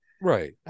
Right